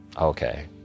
okay